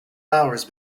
hours